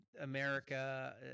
America